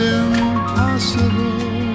impossible